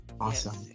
awesome